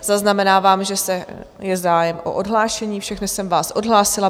Zaznamenávám, že je zájem o odhlášení, všechny jsem vás odhlásila.